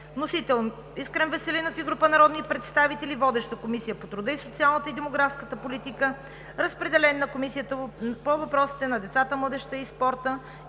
Вносител – Искрен Веселинов и група народни представители. Водеща е Комисията по труда, социалната и демографската политика. Разпределен е на Комисията по въпросите на децата, младежта и спорта